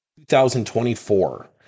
2024